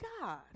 God